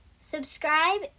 Subscribe